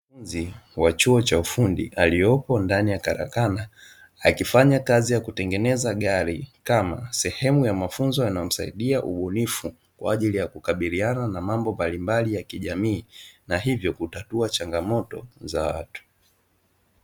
Mwanafunzi wa chuo cha ufundi eliyepo ndani ya karakana, akifanya kazi ya kutengeneza gari kama sehemu ya mafunzo yanayomsaidia ubunifu, kwa ajili ya kukabiliana na mambo mbalilmbali ya kijamii, na hivyo kutatua changamoto za watu.